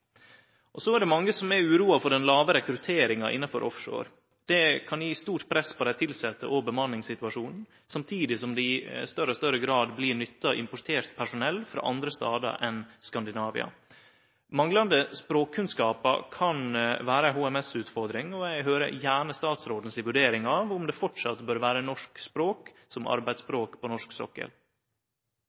Så er det mange som er uroa for den låge rekrutteringa innanfor offshore. Det kan gje stort press på dei tilsette og bemanningssituasjonen, samtidig som det i større og større grad blir nytta importert personell frå andre stader enn Skandinavia. Manglande språkkunnskapar kan vere ei HMT-utfordring, og eg høyrer gjerne statsråden si vurdering av om det framleis bør vere norsk språk som arbeidsspråk på norsk sokkel.